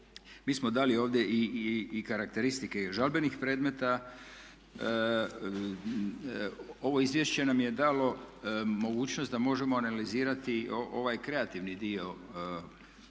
Mi smo dali ovdje i karakteristike žalbenih predmeta. Ovo izvješće nam je dalo mogućnost da možemo analizirati ovaj kreativni dio ovog